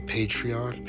Patreon